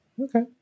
Okay